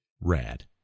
rad